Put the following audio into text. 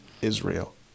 Israel